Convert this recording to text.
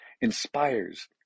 inspires